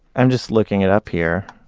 i'm just looking it up here.